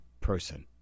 person